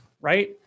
right